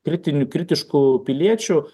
kritiniu kritišku piliečiu